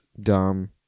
dumb